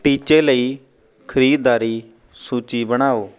ਟੀਚੇ ਲਈ ਖਰੀਦਦਾਰੀ ਸੂਚੀ ਬਣਾਓ